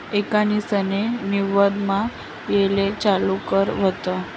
एकोनिससे नव्वदमा येले चालू कर व्हत